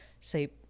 say